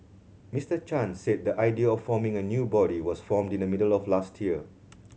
Mister Chan said the idea of forming a new body was formed in the middle of last year